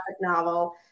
novel